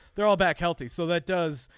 they're all back healthy so that does.